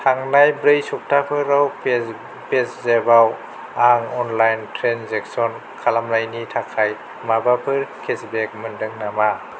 थांनाय ब्रै सप्ताफोराव पेजेफआव आं अनलाइन ट्रेन्जेकसन खालामनायनि थाखाय माबाफोर केसबेक मोन्दों नामा